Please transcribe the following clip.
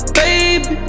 baby